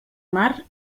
mar